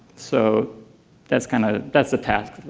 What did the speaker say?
so that's kind of that's the task.